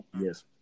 yes